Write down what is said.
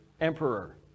emperor